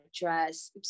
dress